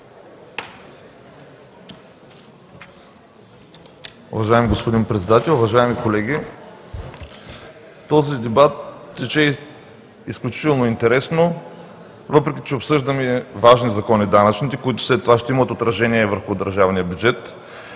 Уважаеми господин Председател, уважаеми колеги! Този дебат тече изключително интересно – въпреки че обсъждаме важните данъчни закони, които след това ще имат отражение върху държавния бюджет,